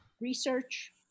research